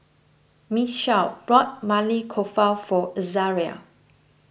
Michele bought Maili Kofta for Azaria